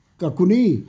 kakuni